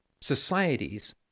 societies